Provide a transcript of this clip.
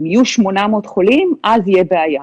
אם יהיו 800 חולים, אז יהיה בעיה.